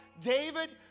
David